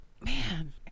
man